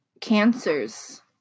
cancers